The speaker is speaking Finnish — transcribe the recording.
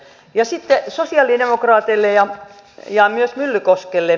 ja sitten sosialidemokraateille ja myös myllykoskelle